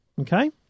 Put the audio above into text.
Okay